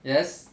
yes